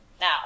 now